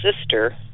sister